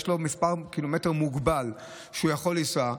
יש לו מספר קילומטרים מוגבל שהוא יכול לנסוע.